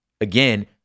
again